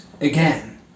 again